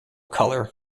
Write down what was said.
colour